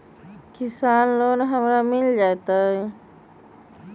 किसान लोन हमरा मिल जायत?